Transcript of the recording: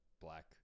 black